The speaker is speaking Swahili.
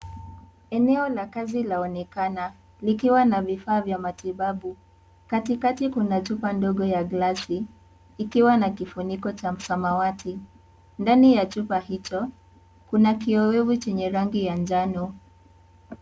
Eneo la kazi laonekana likiwa na vifaa vya matibabu, katikati kuna chupa ndogo ya klasi ikiwa na kifuniko cha msamawati ndani ya chupa hicho kuna kiowevu chenye rangi ya njano.